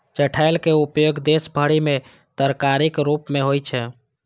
चठैलक उपयोग देश भरि मे तरकारीक रूप मे होइ छै